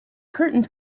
curtains